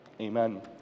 Amen